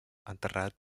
enterrat